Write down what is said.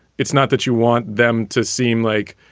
it's not that you want them to seem like,